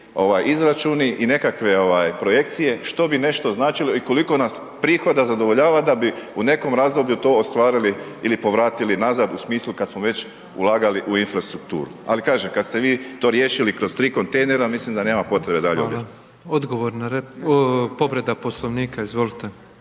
izračuni i nekakve projekcije što bi nešto značilo i koliko nas prihoda zadovoljava, da bi u nekom razdoblju to ostvarili ili povratili nazad u smislu kada smo već ulagali u infrastrukturu. Ali, kažem kada ste vi to riješili kroz 3 kontejnera, mislim da nema potrebe dalje …/Govornik se ne razumije./…